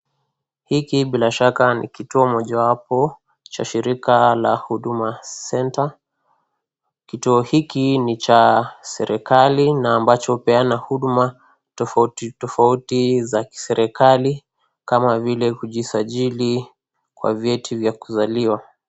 Hiki bila shaka ni kituo moja wapo cha shirika la Huduma Centre, kituo hiki ni cha serikali na ambacho hupeana huduma tofauti tofauti za kiserikali kama vile kujisajili kwa vyeti vya kuzaliwa.